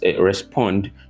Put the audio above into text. respond